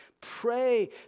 Pray